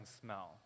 smell